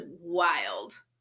wild